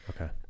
Okay